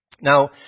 Now